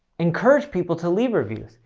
encourage people to leave reviews.